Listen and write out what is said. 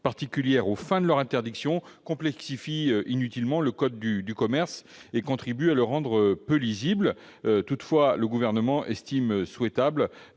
particulières aux fins de leur interdiction complexifierait inutilement le code de commerce et contribuerait à le rendre peu lisible. Le Gouvernement estime toutefois